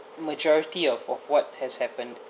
majority of of what has happened